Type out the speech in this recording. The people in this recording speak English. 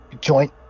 joint